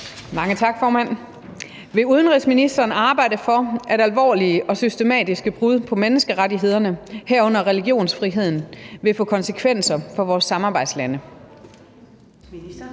Dencker (DF): Vil udenrigsministeren arbejde for, at alvorlige og systematiske brud på menneskerettighederne, herunder religionsfriheden, vil få konsekvenser for vores samarbejdslande?